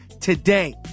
today